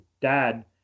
dad